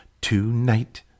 tonight